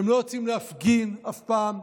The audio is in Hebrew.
הם לא יוצאים להפגין אף פעם,